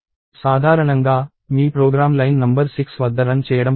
సాధారణంగా మీ program line number 6 వద్ద రన్ చేయడం ప్రారంభిస్తుంది